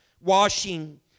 washing